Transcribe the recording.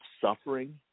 suffering